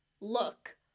Look